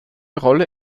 rolle